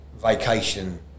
vacation